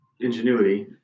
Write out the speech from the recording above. ingenuity